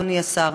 אדוני השר,